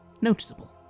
noticeable